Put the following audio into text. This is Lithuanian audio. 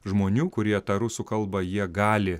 žmonių kurie tą rusų kalbą jie gali